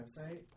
website